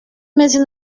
meses